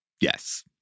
Yes